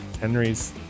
Henry's